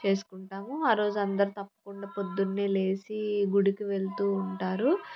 చేసుకుంటాము ఆరోజు అందరు తప్పకుండా పొద్దున్నే లేచి గుడికి వెళుతు ఉంటారు